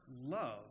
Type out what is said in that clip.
love